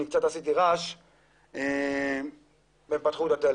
אני קצת עשיתי רעש ופתחו אותו.